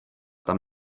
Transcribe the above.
tam